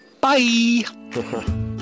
Bye